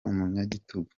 umunyagitugu